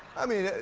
i mean,